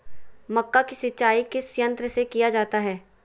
मक्का की सिंचाई किस यंत्र से किया जाता है?